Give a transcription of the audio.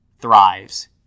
thrives